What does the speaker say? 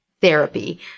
therapy